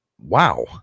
Wow